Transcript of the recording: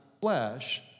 flesh